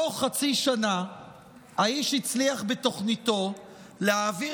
בתוך חצי שנה האיש הצליח בתוכניתו להעביר